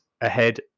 ahead